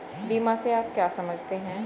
बीमा से आप क्या समझते हैं?